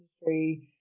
industry